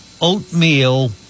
oatmeal